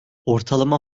ortalama